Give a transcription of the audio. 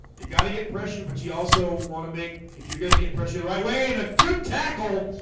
you got to get pressure, but you also want to make if you're gonna get pressured right wayne a good tackle